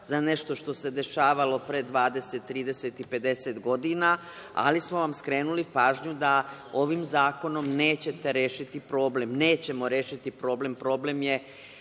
za nešto što se dešavalo pre 20, 30 i 50 godina, ali smo vam skrenuli pažnju da ovim zakonom nećete rešiti problem. Nećemo rešiti problem. Problem je